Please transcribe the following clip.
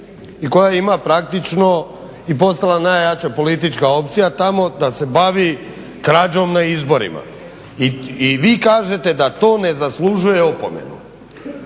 i koja ima praktično i postala najjača politička opcija tamo da se bavi krađom na izborima. I vi kažete da to ne zaslužuje opomenu,